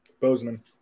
Bozeman